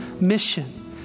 mission